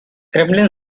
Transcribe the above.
kremlin